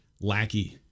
lackey